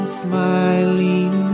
smiling